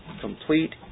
Complete